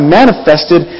manifested